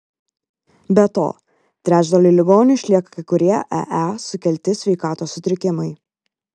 be to trečdaliui ligonių išlieka kai kurie ee sukelti sveikatos sutrikimai